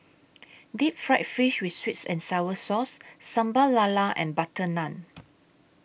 Deep Fried Fish with Sweet and Sour Sauce Sambal Lala and Butter Naan